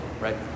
right